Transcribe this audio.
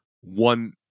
one